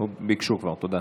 ביקשו כבר, תודה.